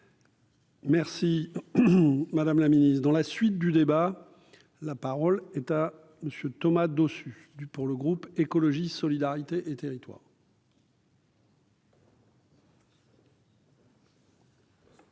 Merci madame la ministre, dans la suite du débat, la parole est à monsieur Thomas Dossus du pour le groupe Écologie solidarité et territoires.